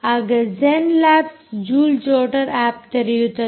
ಆಗ ಜೆನ್ labs Jupyter app ತೆರೆಯುತ್ತದೆ